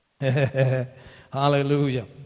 Hallelujah